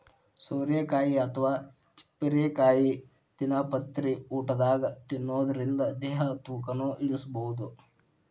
ಸೋರೆಕಾಯಿ ಅಥವಾ ತಿಪ್ಪಿರಿಕಾಯಿ ದಿನಂಪ್ರತಿ ಊಟದಾಗ ತಿನ್ನೋದರಿಂದ ದೇಹದ ತೂಕನು ಇಳಿಸಬಹುದು